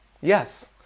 yes